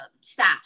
staff